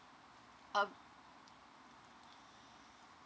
uh